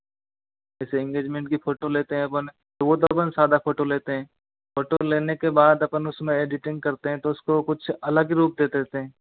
जैसे इंगेजमेंट की फ़ोटो लेते हैं अपन तो वो तो अपन सादा फ़ोटो लेते हैं फ़ोटो लेने के बाद अपन उसमें एडिटिंग करते हैं तो उसको कुछ अलग ही रूप दे देते हैं